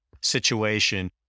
situation